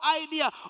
idea